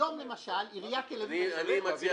היום, למשל, עירית תל אביב --- אני מציע